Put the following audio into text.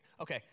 Okay